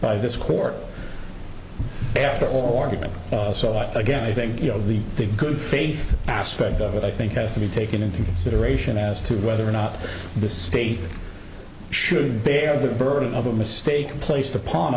by this court after all argument so i again i think you know the good faith aspect of it i think has to be taken into consideration as to whether or not the state should bear the burden of a mistake placed upon